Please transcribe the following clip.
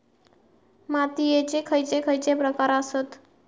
मातीयेचे खैचे खैचे प्रकार आसत?